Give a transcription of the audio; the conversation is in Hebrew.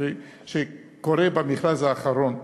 כפי שקורה במכרז האחרון שלכם?